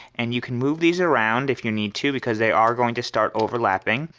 and you can move these around if you need to because they are going to start overlapping.